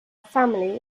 family